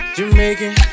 Jamaican